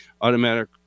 automatic